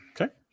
Okay